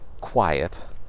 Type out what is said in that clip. quiet